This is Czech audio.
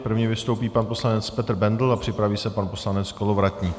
První vystoupí pan poslanec Petr Bendl a připraví se pan poslanec Kolovratník.